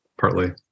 partly